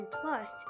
Plus